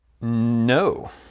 No